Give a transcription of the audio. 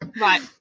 Right